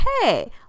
hey